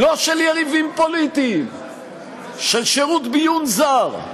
ולא של יריבים פוליטיים אלא של שירות ביון זר,